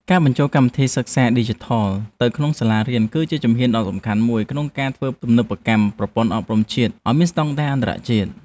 ការបញ្ចូលកម្មវិធីសិក្សាឌីជីថលទៅក្នុងសាលារៀន គឺជាជំហានដ៏សំខាន់មួយក្នុងការធ្វើទំនើបកម្មប្រព័ន្ធអប់រំជាតិឱ្យមានស្តង់ដារអន្តរជាតិ។